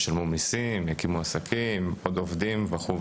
ישלמו מיסים, יקימו עסקים, עוד עובדים וכו'.